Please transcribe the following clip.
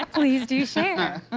please do share.